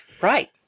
Right